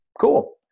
cool